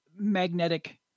magnetic